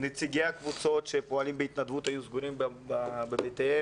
שנציגי הקבוצות שפועלים בהתנדבות היו סגורים בבתיהם,